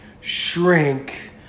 shrink